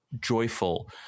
joyful